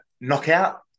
knockout